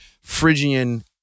Phrygian